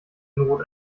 not